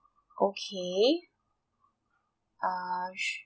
okay uh sure